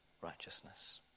righteousness